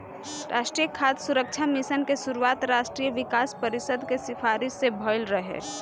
राष्ट्रीय खाद्य सुरक्षा मिशन के शुरुआत राष्ट्रीय विकास परिषद के सिफारिस से भइल रहे